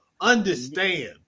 understand